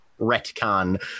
retcon